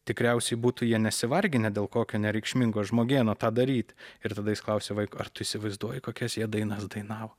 tikriausiai būtų jie nesivarginę dėl kokio nereikšmingo žmogėno tą daryti ir tada jis klausia vaiko ar tu įsivaizduoji kokias jie dainas dainavo